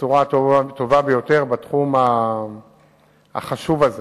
בצורה הטובה ביותר בתחום החשוב הזה,